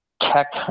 tech